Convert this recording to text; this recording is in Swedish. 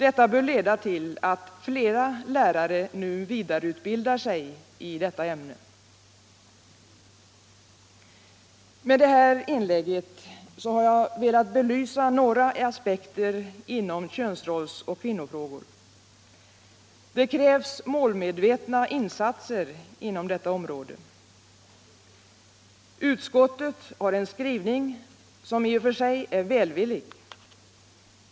Detta bör leda till att flera lärare nu vidareutbildar sig i detta ämne: Med det här inlägget har jag velat belysa några aspekter inom könsrollsoch kvinnofrågorna. Det krävs målmedvetna insatser inom detta område. Utskottet har en skrivning som i och för sig är välvillig.